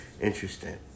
interesting